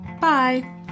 Bye